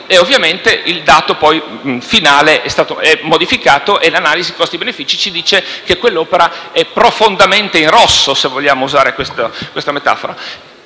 e ovviamente il dato finale è stato modificato: l'analisi costi-benefici ci dice che quell'opera è profondamente in rosso, se vogliamo usare questa metafora.